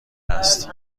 هست